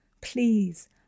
please